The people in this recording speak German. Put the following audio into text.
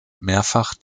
mehrfach